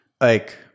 like-